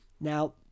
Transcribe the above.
Now